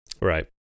Right